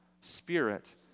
Spirit